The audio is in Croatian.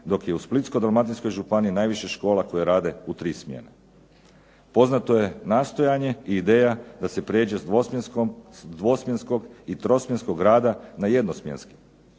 dok je u Splitsko-dalmatinskoj županiji najviše škola koje rade u tri smjene. Poznato je da nastojanje i ideja da se prijeđe s dvosmjenskog i trosmjenskog rada na jednosmjenski,